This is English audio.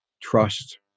trust